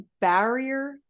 barrier